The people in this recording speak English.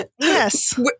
yes